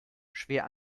schwer